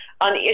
on